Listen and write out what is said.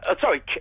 Sorry